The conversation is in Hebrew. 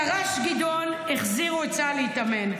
תר"ש גדעון החזירה את צה"ל להתאמן.